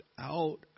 out